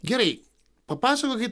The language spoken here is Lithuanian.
gerai papasakokit